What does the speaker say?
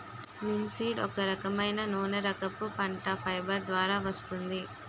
linseed ఒక రకమైన నూనెరకపు పంట, ఫైబర్ ద్వారా వస్తుంది